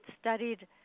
studied